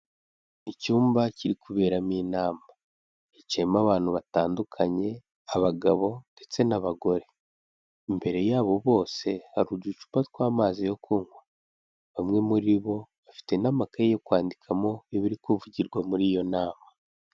Icyumba kiri kuberamo inama hicayemo abantu batandukanye abagabo ndetse n'abagore imbere yabo bose hari uducupa tw'amazi yo kunywa bamwe muri bo bafite n'amakaye yo kwandikamo ibiri kuvugirwa muri iyo nama.